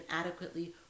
adequately